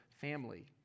family